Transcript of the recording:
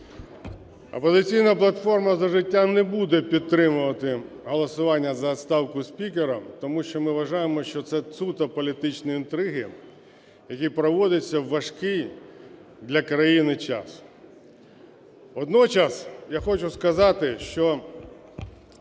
"Опозиційна платформа – За життя" не буде підтримувати голосування за відставку спікера, тому що ми вважаємо, що це суто політичні інтриги, які проводяться у важкий для країни час. Водночас я хочу сказати про